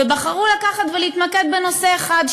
ובחרו לקחת ולהתמקד בנושא אחד,